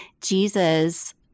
Jesus